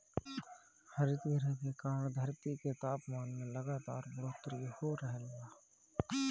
हरितगृह के कारण धरती के तापमान में लगातार बढ़ोतरी हो रहल बा